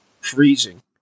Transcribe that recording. Freezing